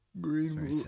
Green